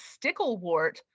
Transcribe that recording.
sticklewort